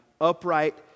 upright